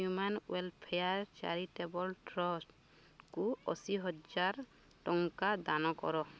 human welfare charitable ଟ୍ରଷ୍ଟକୁ ଅଶୀ ହଜାର ଟଙ୍କା ଦାନ କର